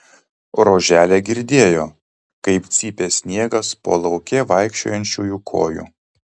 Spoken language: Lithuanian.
roželė girdėjo kaip cypė sniegas po lauke vaikščiojančiųjų kojų